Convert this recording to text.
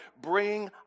bring